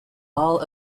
all